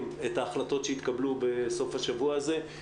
את ההחלטות שהתקבלו בסוף השבוע הזה,